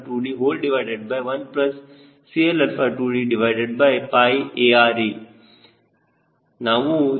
8 ಎಂದು ತೆಗೆದುಕೊಳ್ಳಬಹುದು